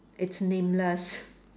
it's nameless